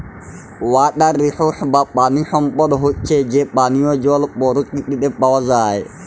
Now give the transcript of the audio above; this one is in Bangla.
ওয়াটার রিসোস বা পানি সম্পদ হচ্যে যে পানিয় জল পরকিতিতে পাওয়া যায়